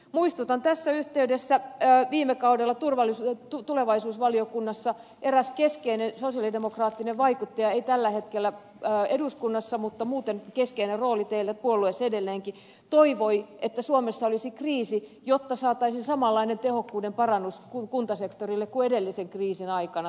muistutan tässä yhteydessä että viime kaudella tulevaisuusvaliokunnassa eräs keskeinen sosialidemokraattinen vaikuttaja ei tällä hetkellä eduskunnassa mutta muuten keskeinen rooli teillä puolueessa edelleenkin toivoi että suomessa olisi kriisi jotta saataisiin samanlainen tehokkuuden parannus kuntasektorille kuin edellisen laman aikana